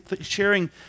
sharing